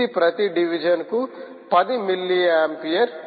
ఇది ప్రతి డివిజన్కు 10 మిల్లీ ఆంపియర్